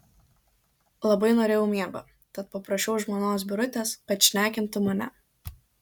labai norėjau miego tad paprašiau žmonos birutės kad šnekintų mane